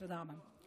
תודה רבה.